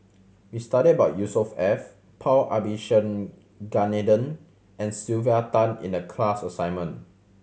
we studied about Yusnor Ef F Paul Abisheganaden and Sylvia Tan in the class assignment